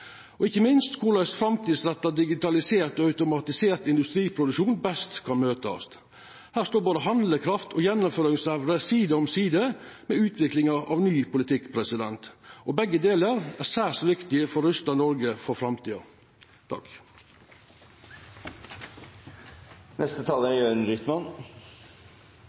og ikkje minst korleis framtidsretta digitalisert og automatisert industriproduksjon best kan møtast. Her står både handlekraft og gjennomføringsevne side om side med utviklinga av ny politikk, og begge delar er særs viktig for å rusta Noreg for framtida.